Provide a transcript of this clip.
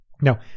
Now